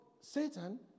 Satan